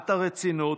את הרצינות,